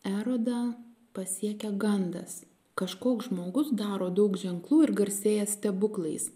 erodą pasiekė gandas kažkoks žmogus daro daug ženklų ir garsėja stebuklais